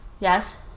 Yes